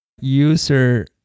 User